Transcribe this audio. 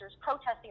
protesting